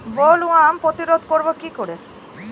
Bollworm প্রতিরোধ করব কি করে?